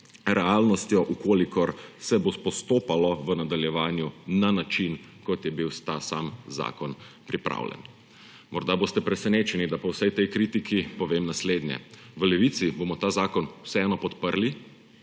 realnostjo, v kolikor se bo postopalo v nadaljevanju na način, kot je bil ta sam zakon pripravljen. Morda boste presenečeni, da po vsej tej kritiki povem naslednje. V Levici bomo ta zakon vseeno podprli,